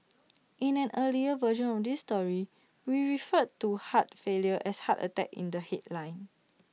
in an earlier version of this story we referred to heart failure as heart attack in the headline